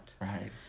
right